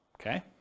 Okay